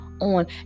on